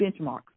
benchmarks